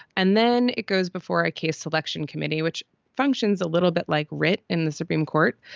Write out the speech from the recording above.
and then it goes before a case selection committee, which functions a little bit like writ in the supreme court,